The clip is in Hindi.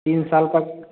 तीन साल का